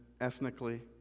ethnically